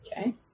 Okay